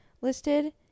listed